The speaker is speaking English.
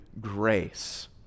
grace